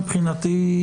מבחינתי,